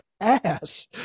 ass